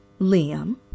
Liam